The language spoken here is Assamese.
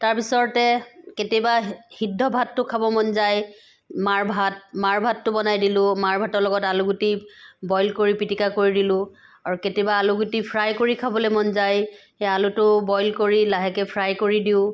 তাৰ পিছতে কেতিয়াবা সি সিদ্ধ ভাতটো খাব মন যায় মাৰ ভাত মাৰ ভাতটো বনাই দিলোঁ মাৰ ভাতৰ লগতে আলু গুটি বইল কৰি পিটিকা কৰি দিলোঁ আৰু কেতিয়াবা আলু গুটি ফ্ৰাই কৰি খাবলৈ মন যায় সেই আলুটো বইল কৰি লাহেকৈ ফ্ৰাই কৰি দিওঁ